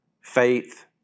faith